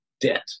debt